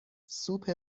سوپ